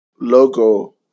logo